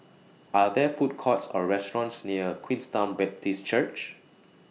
Are There Food Courts Or restaurants near Queenstown Baptist Church